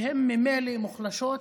שהן ממילא מוחלשות וחלשות,